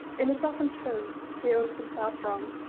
in a softened tone he owns himself wrong.